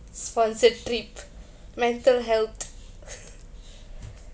sponsored trip mental health